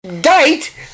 date